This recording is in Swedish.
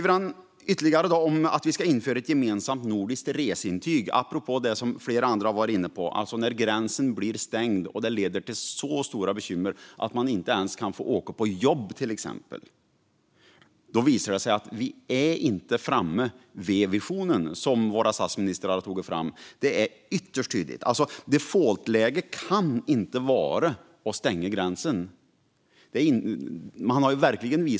Enestam skriver också att vi ska införa ett gemensamt nordiskt reseintyg, apropå det flera varit inne på, alltså när gränsen stängs och det leder till stora bekymmer, till exempel att man inte ens kan få åka på jobb. Att vi ännu inte är framme vid den vision våra statsministrar har tagit fram är ytterst tydligt. Men defaultläge kan inte vara att stänga gränsen.